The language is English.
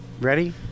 Ready